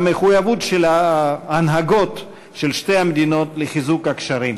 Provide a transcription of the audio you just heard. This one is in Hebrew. המחויבות של ההנהגות של שתי המדינות לחיזוק הקשרים.